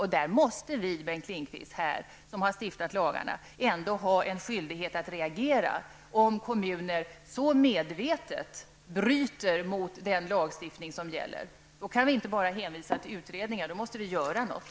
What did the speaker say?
Om kommuner så medvetet bryter mot den lagstiftning som gäller måste vi som har stiftat lagarna ändå ha en skyldighet att reagera. Vi kan inte bara hänvisa till utredningar, utan vi måste göra något.